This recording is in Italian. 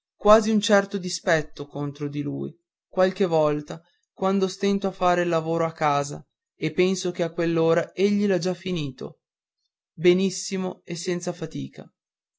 quasi un certo dispetto contro di lui qualche volta quando stento a fare il lavoro a casa e penso che a quell'ora egli l'ha già fatto benissimo e senza fatica